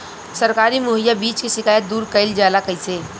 सरकारी मुहैया बीज के शिकायत दूर कईल जाला कईसे?